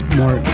more